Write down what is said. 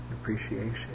appreciation